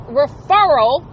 referral